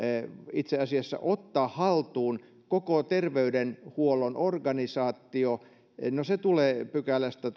itse asiassa ottaa haltuun koko terveydenhuollon organisaatio no se tulee kahdeksannestakymmenennestäkuudennesta pykälästä